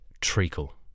Treacle